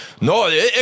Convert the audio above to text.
no